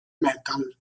metal